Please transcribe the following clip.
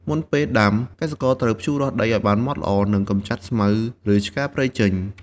មុនពេលដាំ កសិករត្រូវភ្ជួររាស់ដីឱ្យបានម៉ត់ល្អ និងកម្ចាត់ស្មៅ ឬឆ្កាព្រៃចេញ។